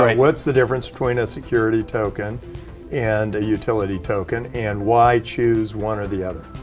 what's the difference between a security token and a utility token and why choose one or the other.